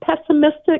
pessimistic